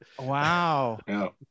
Wow